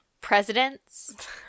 presidents